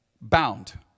bound